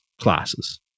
classes